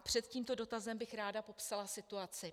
Před tímto dotazem bych ráda popsala situaci.